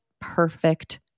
perfect